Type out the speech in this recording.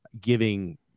giving